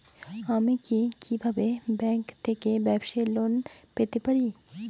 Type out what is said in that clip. আমি কি কিভাবে ব্যাংক থেকে ব্যবসায়ী লোন পেতে পারি?